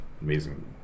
amazing